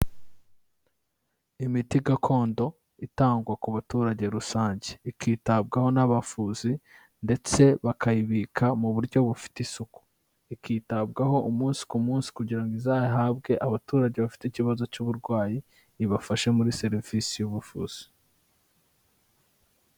Imiti gakondo itangwa ku baturage rusange, ikitabwaho n'abavuzi ndetse bakayibika mu buryo bufite isuku, ikitabwaho umunsi ku munsi kugira ngo izahabwe abaturage bafite ikibazo cy'uburwayi, ibafashe muri serivisi y'ubuvuzi.